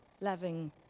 loving